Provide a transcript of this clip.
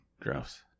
Gross